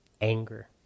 anger